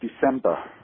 December